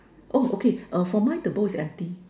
oh okay err for mine the bowl is empty